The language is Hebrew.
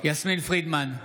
יסמין פרידמן,